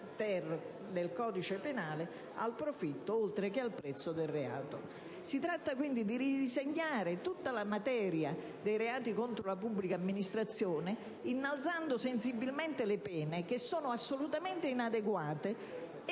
Si tratta quindi di ridisegnare tutta la materia dei reati contro la pubblica amministrazione, innalzando sensibilmente le pene, che sono assolutamente inadeguate e che per determinati